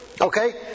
Okay